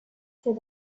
said